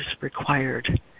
required